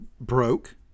broke